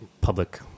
public